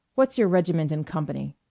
what's your regiment and company?